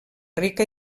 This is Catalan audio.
rica